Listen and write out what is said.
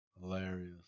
Hilarious